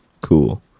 cool